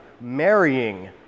marrying